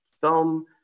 film